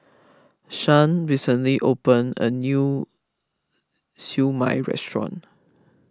Shan recently opened a new Siew Mai restaurant